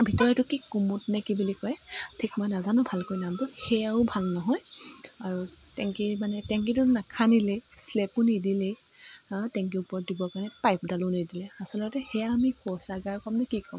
ভিতৰৰ এইটো কি কুমুদ নে কি বুলি কয় ঠিক মই নাজানোঁ ভালকৈ নামটো সেয়াও ভাল নহয় আৰু টেনকীৰ মানে টেনকীটো নাখানিলেই শ্লেপো নিদিলেই হা টেনকীৰ ওপৰত দিবৰ কাৰণে পাইপডালো নিদিলে আচলতে সেয়া আমি শৌচাগাৰ ক'ম নে কি ক'ম